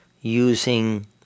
using